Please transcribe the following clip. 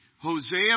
Hosea